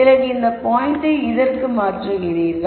பிறகு இந்த பாயிண்ட்டை இதற்கு மாற்றுகிறீர்கள்